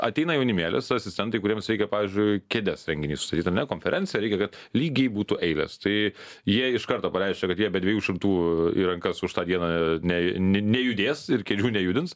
ateina jaunimėlis asistentai kuriems reikia pavyzdžiui kėdes renginy sustatyt ane konferencija reikia kad lygiai būtų eilės tai jie iš karto pareiškia kad jie be dviejų šimtų į rankas už tą dieną ne nejudės ir kėdžių nejudins